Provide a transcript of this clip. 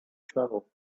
travel